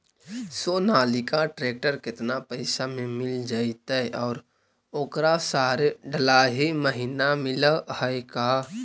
Sonalika tractor केतना पैसा में मिल जइतै और ओकरा सारे डलाहि महिना मिलअ है का?